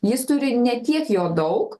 jis turi ne tiek jo daug